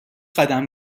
قدم